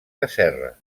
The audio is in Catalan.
casserres